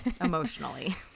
emotionally